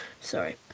Sorry